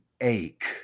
ache